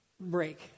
break